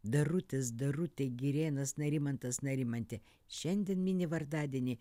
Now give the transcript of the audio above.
darutis darutė girėnas narimantas narimantė šiandien mini vardadienį